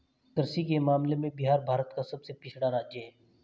कृषि के मामले में बिहार भारत का सबसे पिछड़ा राज्य है